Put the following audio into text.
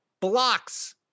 blocks